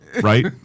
right